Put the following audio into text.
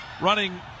running